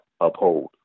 uphold